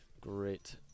great